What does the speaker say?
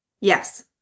Yes